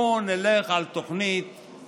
בואו נלך על תוכנית רחבה.